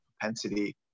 propensity